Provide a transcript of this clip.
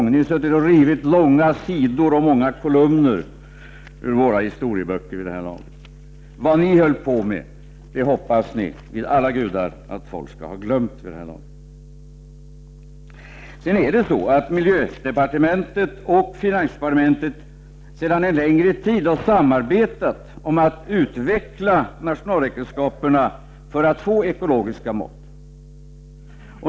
Ni skulle ha suttit och rivit långa sidor och många kolumner ur våra historieböcker vid det här laget. Vad ni höll på med hoppas ni vid alla gudar att folk skall ha glömt vid det här laget. Miljödepartementet och finansdepartementet samarbetar sedan en längre tid när det gäller att utveckla nationalräkenskaperna för att få ekologiska mått.